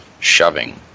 shoving